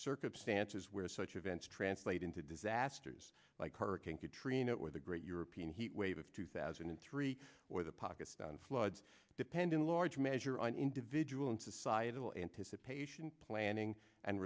circumstances where such events translate into disasters like hurricane katrina or the great european heat wave of two thousand and three or the pakistan floods depend in large measure on individual and societal anticipation planning and